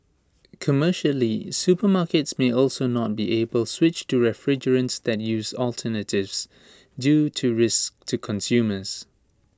commercially supermarkets may also not be able switch to refrigerants that use these alternatives due to risks to consumers